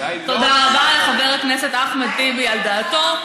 תודה רבה לחבר הכנסת אחמד טיבי על דעתו,